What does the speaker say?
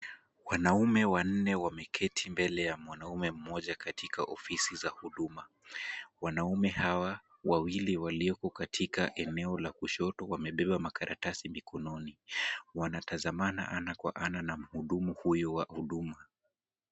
Wanaume wanne wameketi mbele ya mwanaume mmoja katika ofisi za huduma. Wanaume hawa wawili walioko katika eneo la kushoto wamebeba makaratasi mikononi. Wanatazamana ana kwa ana na mhudumu huyu wa huduma.